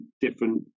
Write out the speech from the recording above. different